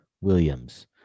Williams